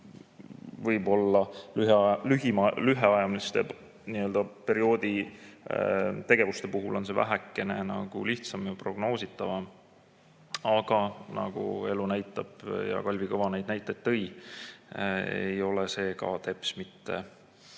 Võib-olla lühemaajalise perioodi tegevuste puhul on see vähekene lihtsam ja prognoositavam. Aga nagu elu näitab ja Kalvi Kõva neid näiteid tõi, ei ole ka see teps mitte